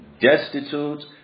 destitute